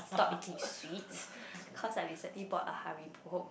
stop eating sweets cause I recently bought a Haribo